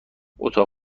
اتاق